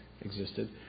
existed